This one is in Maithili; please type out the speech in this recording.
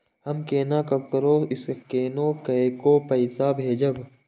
हम केना ककरो स्केने कैके पैसा भेजब?